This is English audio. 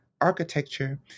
architecture